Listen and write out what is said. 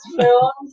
films